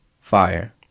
Fire